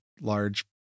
large